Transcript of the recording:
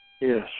Yes